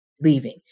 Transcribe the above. leaving